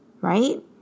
right